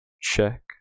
check